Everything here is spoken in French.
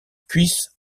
cuisses